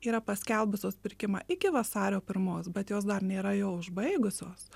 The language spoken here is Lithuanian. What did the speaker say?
yra paskelbusios pirkimą iki vasario pirmos bet jos dar nėra jo užbaigusios